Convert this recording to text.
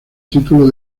título